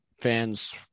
fans